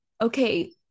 okay